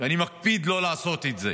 אני מקפיד לא לעשות את זה,